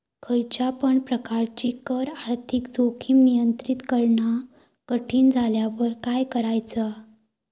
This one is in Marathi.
खयच्या पण प्रकारची कर आर्थिक जोखीम नियंत्रित करणा कठीण झाल्यावर काय करायचा?